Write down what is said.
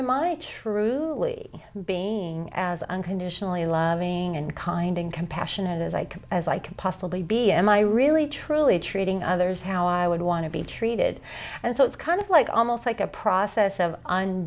am i truly being as unconditionally loving and kind and compassionate as i can as i can possibly be am i really truly treating others how i would want to be treated and so it's kind of like almost like a process of on